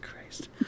Christ